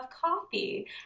coffee